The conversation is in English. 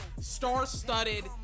star-studded